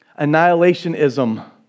Annihilationism